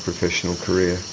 professional career.